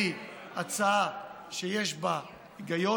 היא הצעה שיש בה היגיון.